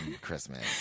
Christmas